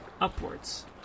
upwards